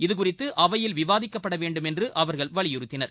இதுகுறித்து அவையில் விவாதிக்கப்பட வேண்டும் என்று அவர்கள் வலியுறுத்தினர்